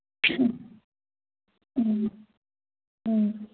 ꯎꯝ ꯎꯝ